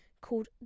called